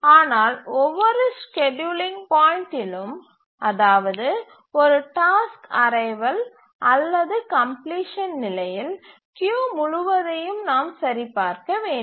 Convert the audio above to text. ஆனால் ஒவ்வொரு ஸ்கேட்யூலிங் பாயிண்ட்டிலும் அதாவது ஒரு டாஸ்க் அரைவல் அல்லது கம்ப்லிசன் நிலையில் கியூ முழுவதையும் நாம் சரிபார்க்க வேண்டும்